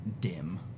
dim